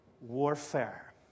warfare